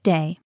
Day